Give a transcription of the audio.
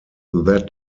that